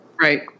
right